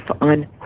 on